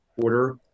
quarter